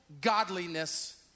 godliness